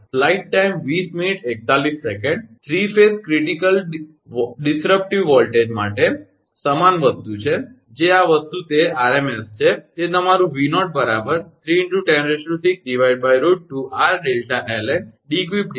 3 phase વિક્ષેપિત critical voltage માટે સમાન વસ્તુ છે જે આ વસ્તુ તે આરએમએસ છે તે તમારું 𝑉0 3×106√2𝑟𝛿ln𝐷𝑒𝑞𝑟 𝑉𝑜𝑙𝑡𝑝ℎ𝑎𝑠𝑒 સમીકરણ 38